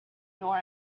nor